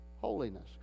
holiness